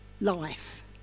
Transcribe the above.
life